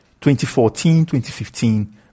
2014-2015